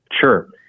Sure